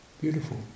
Beautiful